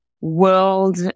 world